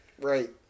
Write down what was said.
Right